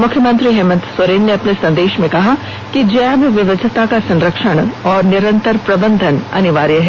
मुख्यमंत्री हेमंत सोरेन ने अपने संदेश में कहा है कि जैव विविधता का संरक्षण और निरंतर प्रबंधन अनिवार्य है